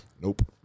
Nope